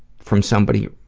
from somebody